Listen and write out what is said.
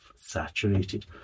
saturated